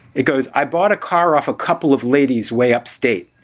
it goes, i bought a car off a couple of ladies way upstate,